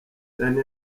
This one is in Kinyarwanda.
dany